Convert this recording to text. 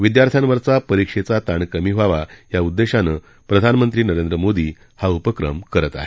विद्यार्थ्यांवरचा परीक्षेचा ताण कमी व्हावा या उद्देशानं प्रधानमंत्री नरेंद्र मोदी हा उपक्रम करत आहेत